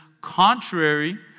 contrary